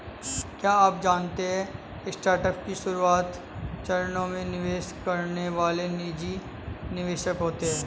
क्या आप जानते है स्टार्टअप के शुरुआती चरणों में निवेश करने वाले निजी निवेशक होते है?